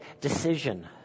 decision